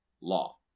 law